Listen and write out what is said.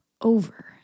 over